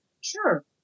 Sure